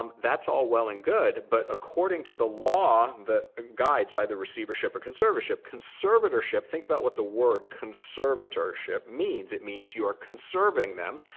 um that's all well and good. but according to the law that guides either receivership or conservatorship, conservatorship think about what the word conservatorship means. it means you are conserving them.